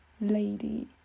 lady